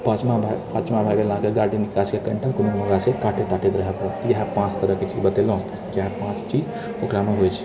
पाँचवा भए गेल पाँचवा भए गेल अहाँकेँ गार्डेनिङ्ग गाछके कनिटा कोनो तरहसँ काटैत ताटैत रहबाक चाही इएह पाँच तरहके चीज बतेलहुँ इएह पाँच चीज ओकरामे होइत छै